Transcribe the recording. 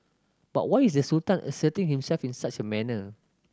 but why is the Sultan asserting himself in such a manner